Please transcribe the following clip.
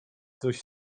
coś